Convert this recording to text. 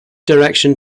direction